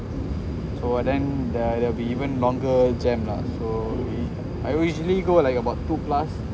so what then there will even more longer jam lah so I usually go about two plus